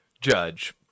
judge